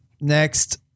next